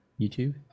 YouTube